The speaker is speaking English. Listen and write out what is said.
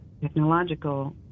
technological